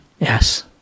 yes